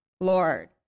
Lord